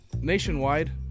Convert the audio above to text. nationwide